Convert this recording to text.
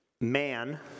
man